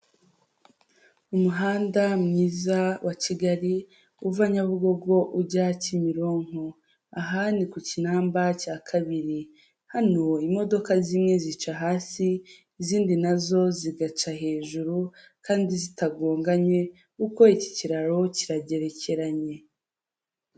Umuhanda mwiza wa Kigali uva Nyabugogo ujya Kimironko aha ni ku kinamba cya kabiri, hano imodoka zimwe zica hasi izindi nazo zigaca hejuru kandi zitagonganye kuko iki kiraro kiragerekeranye.